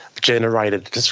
generated